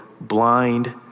blind